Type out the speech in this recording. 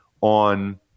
on